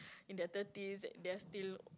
in their thirties they are still